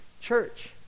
church